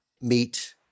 meet